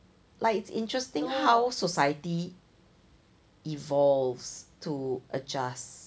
like it's interesting how society evolves to adjust